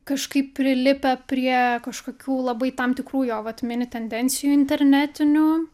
kažkaip prilipę prie kažkokių labai tam tikrų jo vat mini tendencijų internetinių